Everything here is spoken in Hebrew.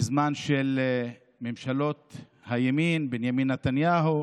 בזמן של ממשלות הימין, בנימין נתניהו,